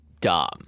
dumb